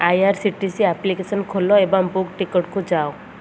I R C T C application ଖୋଲ ଏବଂ book ଟିକେଟ୍କୁ ଯାଅ